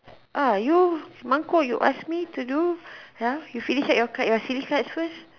ah you you ask me to do you finish up your cards your silly cards first